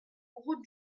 route